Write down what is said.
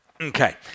Okay